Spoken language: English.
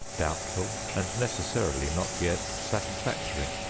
doubtful and necessarily not yet satisfactory.